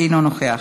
אינו נוכח,